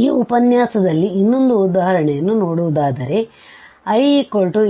ಈ ಉಪನ್ಯಾಸದಲ್ಲಿ ಇನ್ನೊಂದು ಉದಾಹರಣೆಯನ್ನು ನೋಡುವುದಾದರೆ ICzcosh